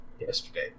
yesterday